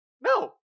No